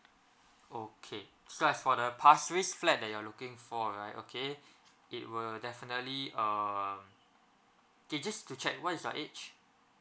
okay so as for the pasir ris flat that you are looking for right okay it will definitely um kay~ just to check what is your age